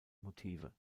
motive